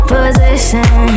Position